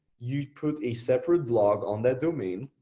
you put a separate blog on that domain.